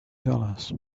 dollars